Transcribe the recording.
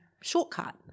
shortcut